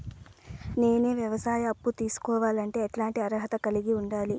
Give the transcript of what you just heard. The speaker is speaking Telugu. నేను వ్యవసాయ అప్పు తీసుకోవాలంటే ఎట్లాంటి అర్హత కలిగి ఉండాలి?